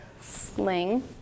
sling